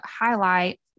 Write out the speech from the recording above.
highlight